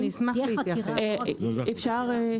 אני מסכימה שיש פה